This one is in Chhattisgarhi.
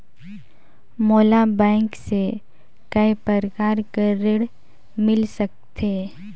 मोला बैंक से काय प्रकार कर ऋण मिल सकथे?